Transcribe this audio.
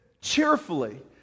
cheerfully